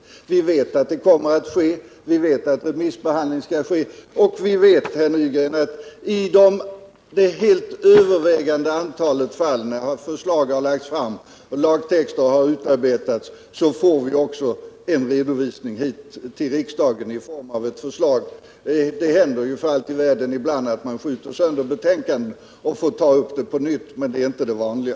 Men vi vet att det kommer att ske, och vi vet att remissbehandling skall ske. Och vi vet, herr Nygren, att i det helt övervägande antalet fall då förslag lagts fram och lagtexter utarbetats, får vi också en redovisning hit till riksdagen i form av ett förslag, även om det för allt i världen någon gång också händer att betänkanden skjuts sönder under remissbehandlingen och att en fråga får tas upp på nytt — men det är inte det vanliga.